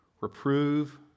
Reprove